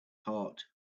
heart